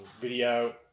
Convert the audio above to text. video